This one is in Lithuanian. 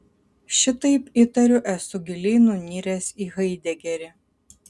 šitaip įtariu esu giliai nuniręs į haidegerį